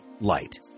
light